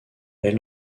est